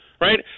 Right